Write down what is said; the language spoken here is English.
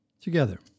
Together